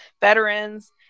veterans